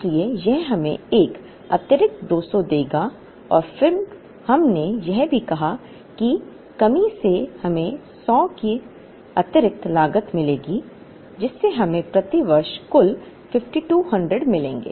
इसलिए यह हमें एक अतिरिक्त 200 देगा और फिर हमने यह भी कहा कि कमी से हमें 100 की अतिरिक्त लागत मिलेगी जिससे हमें प्रति वर्ष कुल 5200 मिलेंगे